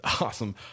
Awesome